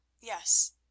yes